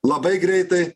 labai greitai